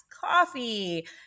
coffee